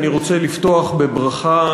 אני רוצה לפתוח בברכה